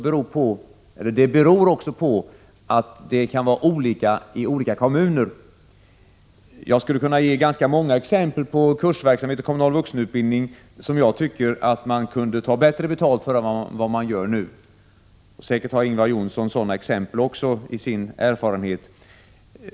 Men det beror också på att förhållandena kan vara olika i olika kommuner. Jag skulle kunna ge ganska många exempel på kursverksamhet i kommunal vuxenutbildning som jag tycker att man kunde ta bättre betalt för än vad man gör nu. Säkert har också Ingvar Johnsson sådana exempel från sin erfarenhet.